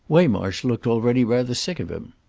waymarsh looked already rather sick of him.